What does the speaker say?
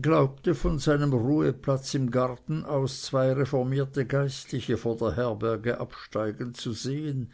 glaubte von seinem ruheplatze im garten aus zwei reformierte geistliche vor der herberge absteigen zu sehen